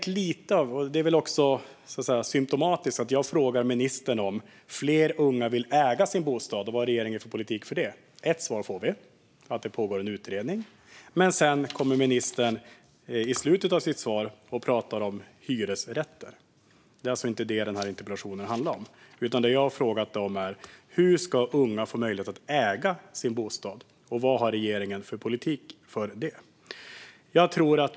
Det är symtomatiskt att när jag säger att fler unga vill äga sin bostad och frågar ministern vad regeringen har för politik för det får vi ett svar: att det pågår en utredning. Men i slutet av sitt svar pratar ministern om hyresrätter. Det är alltså inte det interpellationen handlar. Det jag har frågat är hur unga ska få möjlighet att äga sin bostad och vad regeringen har för politik för det.